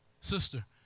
sister